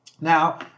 Now